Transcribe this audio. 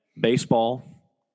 baseball